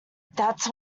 that’s